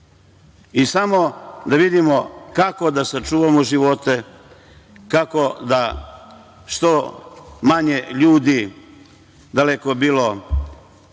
treba da vidimo kako da sačuvamo živote, kako da što manje ljudi, daleko bilo,